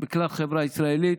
כלל החברה הישראלית,